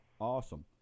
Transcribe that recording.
awesome